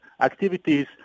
activities